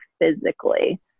physically